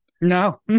No